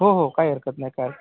हो हो काही हरकत नाही काय